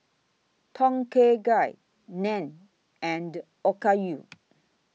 Tom Kha Gai Naan and Okayu